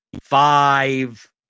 five